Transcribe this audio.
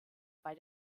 bei